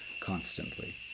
constantly